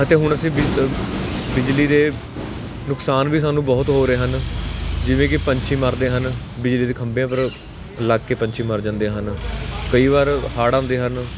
ਅਤੇ ਹੁਣ ਅਸੀਂ ਬਿਜ ਬਿਜਲੀ ਦੇ ਨੁਕਸਾਨ ਵੀ ਸਾਨੂੰ ਬਹੁਤ ਹੋ ਰਹੇ ਹਨ ਜਿਵੇਂ ਕਿ ਪੰਛੀ ਮਰਦੇ ਹਨ ਬਿਜਲੀ ਦੇ ਖੰਭਿਆਂ ਪਰ ਲਗ ਕੇ ਪੰਛੀ ਮਰ ਜਾਂਦੇ ਹਨ ਕਈ ਵਾਰ ਹੜ੍ਹ ਆਉਂਦੇ ਹਨ